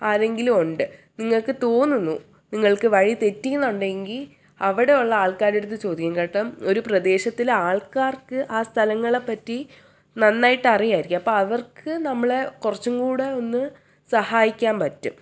ആരെങ്കിലും ഉണ്ട് നിങ്ങൾക്ക് തോന്നുന്നു നിങ്ങൾക്ക് വഴി തെറ്റി എന്നുണ്ടെങ്കിൽ അവിടെ ഉള്ള ആൾക്കാരുടെ അടുത്ത് ചോദ്യം കേൾക്കാം ഒരു പ്രദേശത്തിലെ ആൾക്കാർക്ക് ആ സ്ഥലങ്ങളെപ്പറ്റി നന്നായിട്ട് അറിയായിരിക്കും അപ്പോൾ അവർക്ക് നമ്മളെ കുറച്ചുംകൂടെ ഒന്ന് സഹായിക്കാൻ പറ്റും